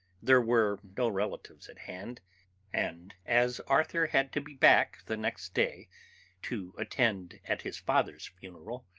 there were no relatives at hand and as arthur had to be back the next day to attend at his father's funeral,